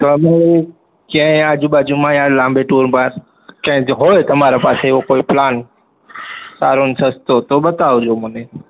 તો અમે ક્યાંય આજુ બાજુમાં યા લાંબે ટુરમાં ક્યાંય કોઈ હોય તમારી પાસે એવો પ્લાન સારો ને સસ્તો તો બતાવજો મને